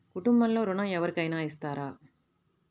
కుటుంబంలో ఋణం ఎవరికైనా ఇస్తారా?